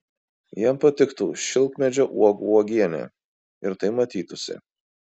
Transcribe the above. jam patiktų šilkmedžio uogų uogienė ir tai matytųsi